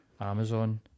Amazon